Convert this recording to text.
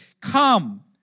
Come